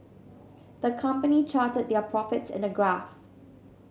the company charted their profits in a graph